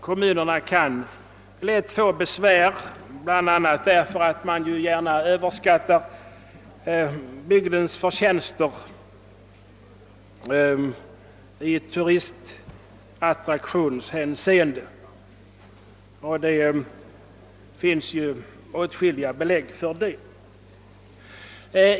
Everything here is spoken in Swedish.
Kommunerna kan lätt få besvärligheter bl.a. därför att de gärna överskattar bygdens attraktionskraft i turisthänseende. Det finns åtskilliga belägg härför.